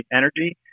energy